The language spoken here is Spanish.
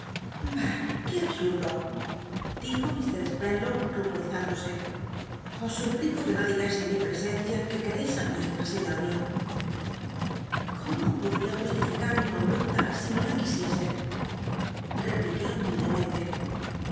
qué absurdo dijo mr spenlow rubotizúmlose os suplico qne no digais en mi presencia que queteis mi hija señor mio cómo pod tia justificat mi cond uela si no la quisiese repliqué humildemente